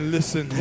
Listen